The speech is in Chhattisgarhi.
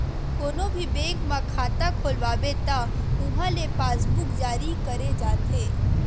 कोनो भी बेंक म खाता खोलवाबे त उहां ले पासबूक जारी करे जाथे